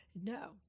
No